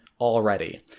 already